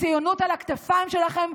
הציונות על הכתפיים שלכם.